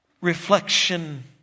reflection